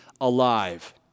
alive